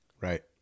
Right